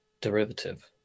derivative